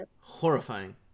horrifying